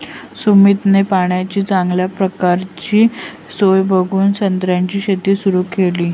सुमितने पाण्याची चांगल्या प्रकारची सोय बघून संत्र्याची शेती सुरु केली